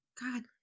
god